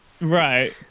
Right